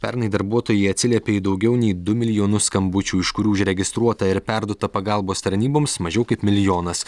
pernai darbuotojai atsiliepė į daugiau nei du milijonus skambučių iš kurių užregistruota ir perduota pagalbos tarnyboms mažiau kaip milijonas